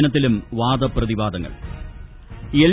ദിനത്തിലും വാദപ്രതിവാദങ്ങൾ എൽ